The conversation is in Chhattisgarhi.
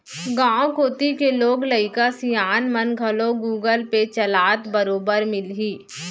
गॉंव कोती के लोग लइका सियान मन घलौ गुगल पे चलात बरोबर मिलहीं